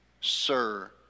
sir